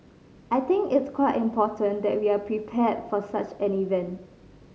I think it's quite important that we are prepared for such an event